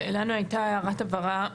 לנו הייתה הערת הבהרה,